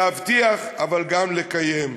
להבטיח אבל גם לקיים.